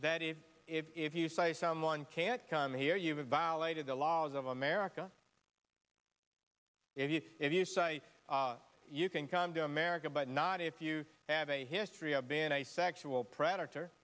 that is if you say someone can't come here you have violated the laws of america if you if you say you can come to america but not if you have a history of being a sexual predator